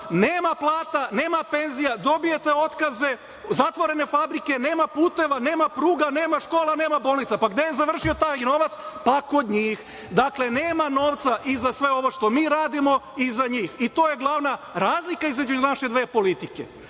nema plata, nema penzija, dobijate otkaze, zatvorene fabrike, nema puteva, nema pruga, nema škola, nema bolnica. Pa, gde je završio taj novac? Pa, kod njih. Dakle, nema novca i za sve ovo što mi radimo i za njih. To je glavna razlika između naše dve politike.